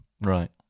Right